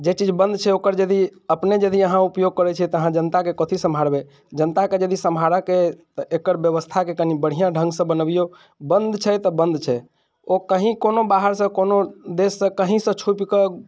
जे चीज बंद छै ओकर यदि अपने यदि अहाँ उपयोग करैत छी तऽ अहाँ जनताके कथी सम्हारबै जनताके यदि सम्हारऽके एकर व्यवस्थाके कनि बढ़िआँ ढङ्ग से बनबिऔ बंद छै तऽ बंद छै ओ कहीँ कोनो बाहरसँ कोनो देशसँ कहीसँ छुपिके